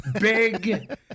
big